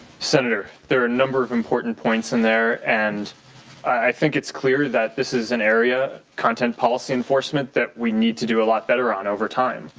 senator, there are a number of important points in there. and i think it's clear that this is an area, contented policy enforce. that that we need to do lot better on over time.